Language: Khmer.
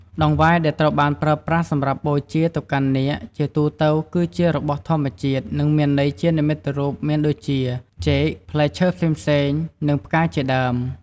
តង្វាយដែលត្រូវបានប្រើប្រាស់សម្រាប់បូជាទៅកាន់នាគ ជាទូទៅគឺជារបស់ធម្មជាតិ និងមានន័យជានិមិត្តរូប មានដូចជា ចេក ផ្លែឈើផ្សេងៗ និង ផ្កា ជាដើម។